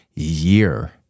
year